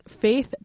faith